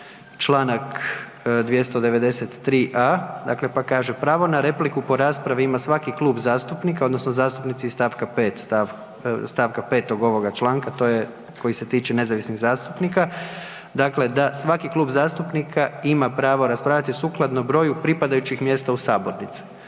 Članak 293a., dakle pa kaže, pravo na repliku po raspravi ima svaki klub zastupnika odnosno zastupnici iz stavka 5. ovoga članka, to je koji se tiče nezavisnih zastupnika, dakle da svaki klub zastupnik ima pravo raspravljati sukladno broju pripadajućih mjesta u sabornici.